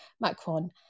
Macron